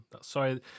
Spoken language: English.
sorry